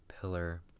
pillar